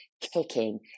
kicking